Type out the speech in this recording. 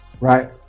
Right